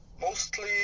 mostly